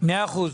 מאה אחוז.